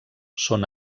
són